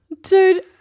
Dude